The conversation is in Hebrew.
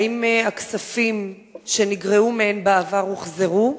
האם הכספים שנגרעו מהן בעבר הוחזרו?